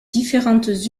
différentes